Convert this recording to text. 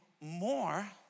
more